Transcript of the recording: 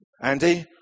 Andy